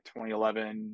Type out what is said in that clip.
2011